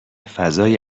فضای